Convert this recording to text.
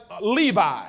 Levi